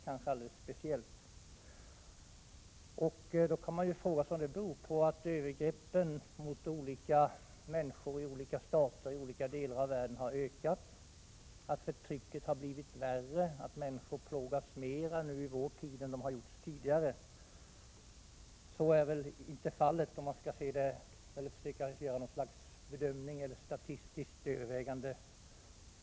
Man kan fråga sig om det beror på att övergreppen mot olika människor i olika stater i olika delar av världen har ökat, att förtrycket har blivit värre, att människor plågas mer i vår tid än tidigare. Om man försöker göra någon sorts statistiska överväganden torde man finna att så inte är fallet.